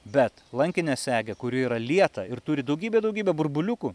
bet lankinė segė kuri yra lieta ir turi daugybę daugybę burbuliukų